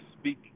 speak